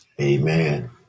Amen